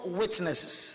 witnesses